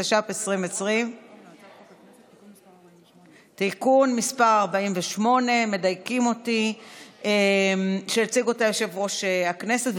התש"ף 2020. הציג אותה יושב-ראש ועדת הכנסת.